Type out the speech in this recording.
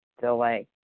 delay